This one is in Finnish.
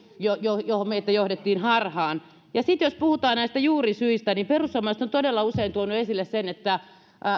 jossa meitä johdettiin harhaan sitten jos puhutaan näistä juurisyistä niin perussuomalaiset ovat todella usein tuoneet esille sen että